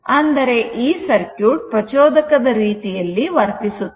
ಅಂದರೆ ಈ ಸರ್ಕ್ಯೂಟ್ ಪ್ರಚೋದಕ ರೀತಿಯಲ್ಲಿ ವರ್ತಿಸುತ್ತದೆ